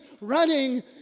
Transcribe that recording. running